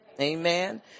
amen